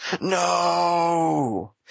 No